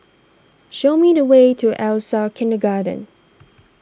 show me the way to Elsa Kindergarten